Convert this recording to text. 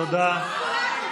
אנחנו.